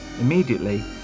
immediately